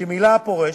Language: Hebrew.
שמילא הפורש,